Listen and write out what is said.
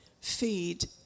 feed